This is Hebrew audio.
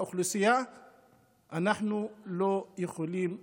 אנחנו לא יכולים להתקדם.